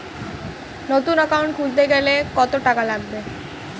নতুন একাউন্ট খুলতে গেলে কত টাকা লাগবে?